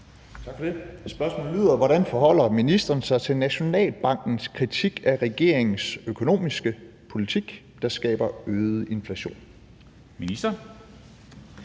(LA): Hvordan forholder ministeren sig til Nationalbankens kritik af regeringens økonomiske politik, der skaber øget inflation? Formanden